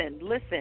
listen